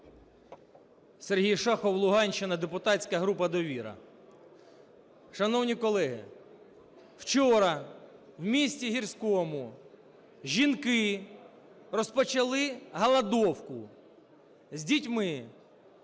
Сергій Шахов, Луганщина, депутатська група "Довіра". Шановні колеги, вчора в місті Гірському жінки розпочали голодовку з дітьми,